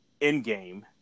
Endgame